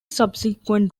subsequent